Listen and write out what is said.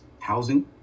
housing